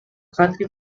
country